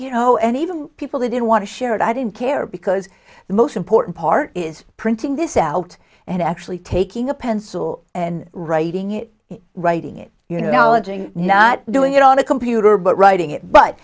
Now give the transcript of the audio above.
you know and even people who didn't want to share it i didn't care because the most important part is printing this out and actually taking a pencil and writing it in writing it you know edging not doing it on a computer but writing it but